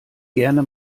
gerne